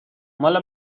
مال